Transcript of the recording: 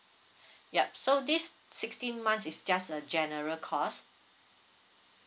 yup so these sixteen months is just a general cost